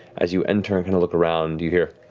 as you enter and and look around you hear,